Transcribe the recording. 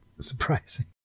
surprising